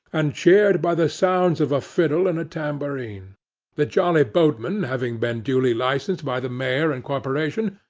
and cheered by the sounds of a fiddle and tambourine the jolly boatmen having been duly licensed by the mayor and corporation,